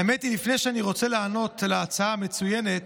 האמת היא שלפני שאני אענה על ההצעה המצוינת